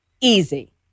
easy